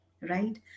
right